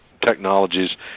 technologies